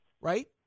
right